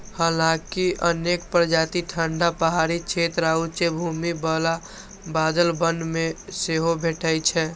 हालांकि अनेक प्रजाति ठंढा पहाड़ी क्षेत्र आ उच्च भूमि बला बादल वन मे सेहो भेटै छै